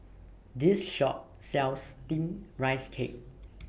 This Shop sells Steamed Rice Cake